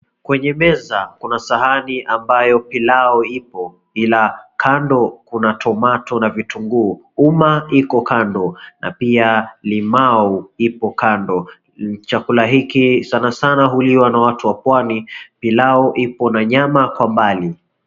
Kwenye meza kuna sahau ambayo pilau ipo ila kando kuna tomato na vitungu, uma iko kando na pia limau ipo kando, chakula hiki sanasana huliwa na watu wa Pwani. Pilau ipo na nyama kwa mbali.